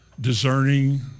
discerning